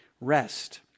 rest